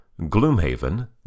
Gloomhaven